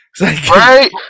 right